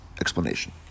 explanation